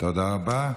תודה רבה.